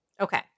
Okay